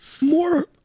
More